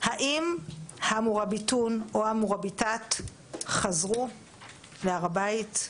האם המוראביטון או המוראביטת חזרו להר הבית,